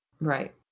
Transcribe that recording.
Right